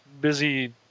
busy